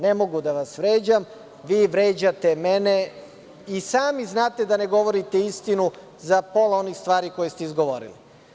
Ne mogu da vas vređam, vi vređate mene i sami znate da ne govorite istinu za pola onih stvari koje ste izgovorili.